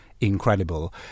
incredible